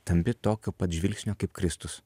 tampi tokio pat žvilgsnio kaip kristus